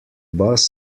bus